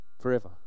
forever